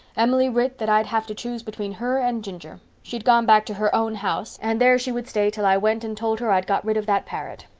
emily writ that i'd have to choose between her and ginger she'd gone back to her own house and there she would stay till i went and told her i'd got rid of that parrot.